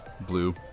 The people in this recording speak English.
blue